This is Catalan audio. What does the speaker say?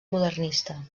modernista